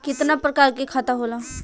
कितना प्रकार के खाता होला?